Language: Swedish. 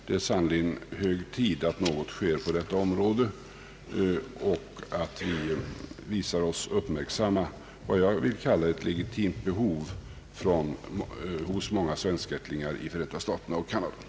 Det är sannerligen hög tid att något sker på detta område och att vi visar oss uppmärksamma på vad jag vill kalla ett legitimt behov hos många svenskättlingar i Förenta staterna och Canada.